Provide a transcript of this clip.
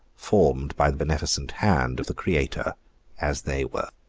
formed by the beneficent hand of the creator as they were.